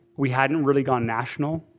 we hadn't really done national.